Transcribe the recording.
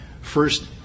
first